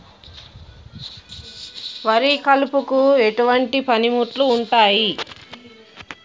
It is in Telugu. వరి కలుపుకు ఎటువంటి పనిముట్లు ఉంటాయి?